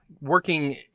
working